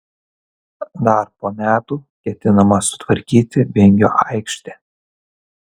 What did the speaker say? dar po metų ketinama sutvarkyti vingio aikštę